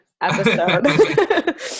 episode